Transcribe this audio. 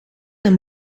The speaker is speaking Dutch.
een